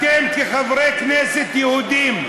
אתם כחברי כנסת יהודים,